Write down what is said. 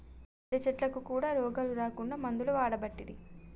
పెద్ద చెట్లకు కూడా రోగాలు రాకుండా మందులు వాడబట్టిరి